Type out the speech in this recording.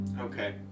Okay